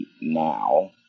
now